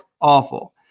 awful